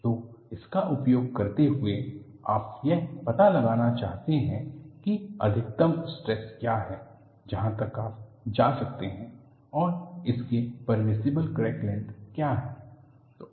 तो इसका उपयोग करते हुए आप यह पता लगाना चाहते हैं कि अधिकतम स्ट्रेस क्या है जहां तक आप जा सकते हैं और इसके पर्मिसिबल क्रैक लेंथ क्या है